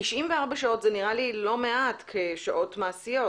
94 שעות זה נראה לי לא מעט כשעות מעשיות.